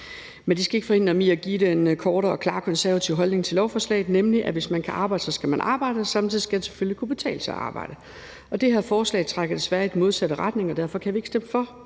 Men det skal ikke forhindre ham i at give den korte og klare konservative holdning til lovforslaget, nemlig at hvis man kan arbejde, så skal man arbejde, og at det selvfølgelig samtidig skal kunne betale sig at arbejde. Det her forslag trækker desværre i den modsatte retning, og derfor kan vi ikke stemme for